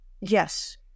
Yes